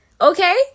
Okay